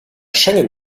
schengen